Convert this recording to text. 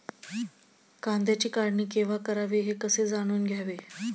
कांद्याची काढणी केव्हा करावी हे कसे जाणून घ्यावे?